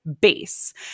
base